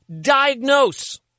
diagnose